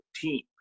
team